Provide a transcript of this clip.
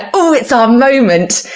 ooh it's our moment!